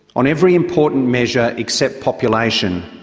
on every important measure except population,